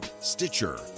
Stitcher